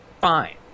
fine